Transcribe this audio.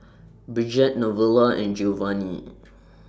Bridgette Novella and Geovanni